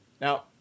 Now